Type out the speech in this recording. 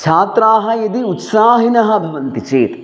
छात्राः यदि उत्साहिनः भवन्ति चेत्